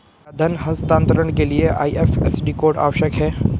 क्या धन हस्तांतरण के लिए आई.एफ.एस.सी कोड आवश्यक है?